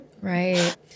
Right